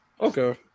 Okay